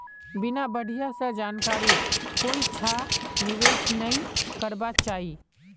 बिना बढ़िया स जानकारीर कोइछा निवेश नइ करबा चाई